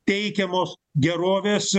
teikiamos gerovės